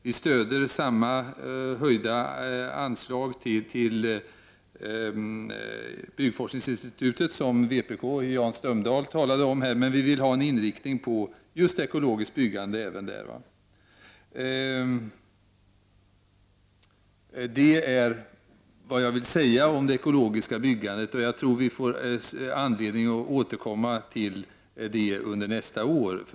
Vi stöder det förslag om höjt anslag till byggforskningsinstitutet som Jan Strömdahl talade om, men vi vill ha en inriktning på ekologiskt byggande även där. — Det är vad jag vill säga om det ekologiska byggandet. Jag tror att vi får anledning att återkomma till det under nästa år.